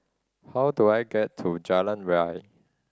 how do I get to Jalan Ria